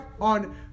on